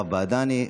הרב בעדני,